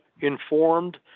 informed